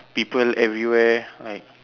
people everywhere like